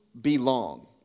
belong